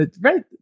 right